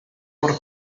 por